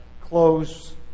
close